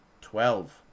Twelve